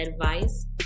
advice